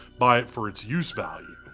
buy it for its use value,